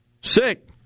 sick